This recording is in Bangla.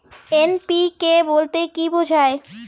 এন.পি.কে বলতে কী বোঝায়?